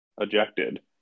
ejected